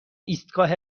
ایستگاه